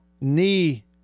knee